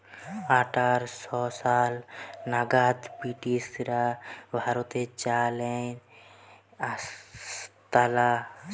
আঠার শ সাল নাগাদ ব্রিটিশরা ভারতে চা লেই আসতালা